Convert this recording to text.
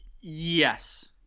Yes